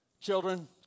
Children